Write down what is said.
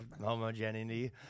homogeneity